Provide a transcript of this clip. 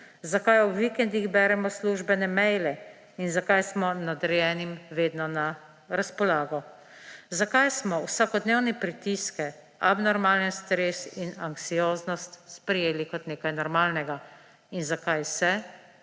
zakaj ob vikendih beremo službene maile in zakaj smo nadrejenim vedno na razpolago; zakaj smo vsakodnevne pritiske, abnormalen stres in anksioznost sprejeli kot nekaj normalnega in zakaj se,